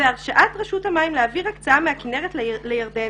והרשאת רשות המים להעביר הקצאה מהכינרת לירדן,